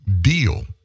deal